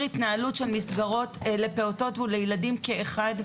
התנהלות של מסגרות לפעוטות ולילדים כאחד.